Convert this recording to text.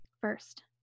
First